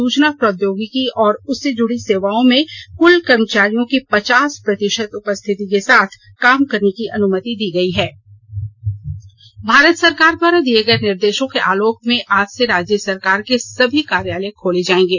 सूचना प्रौद्योगिकी और उससे जूड़ी सेवाओं में कृल कर्मचारियों की पचास प्रतिशत उपस्थिति के साथ काम करने की अनुमति दी भारत सरकार द्वारा दिये गये निर्देषों के तहत आज से राज्य सरकार के सभी कार्यालय खोले जायेंगे